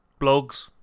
blogs